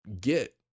get